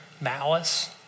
malice